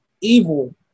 evil